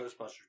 Ghostbusters